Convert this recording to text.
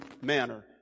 manner